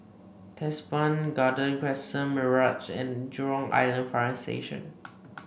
Teban Garden Crescent Mirage and Jurong Island Fire Station